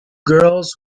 girls